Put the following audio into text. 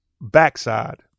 backside